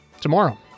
tomorrow